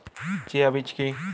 Chia বীজ কী?